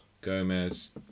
Gomez